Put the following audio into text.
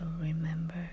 remember